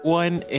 one